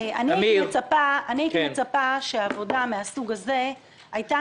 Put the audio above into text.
הייתי מצפה שעבודה מן הסוג הזה הייתה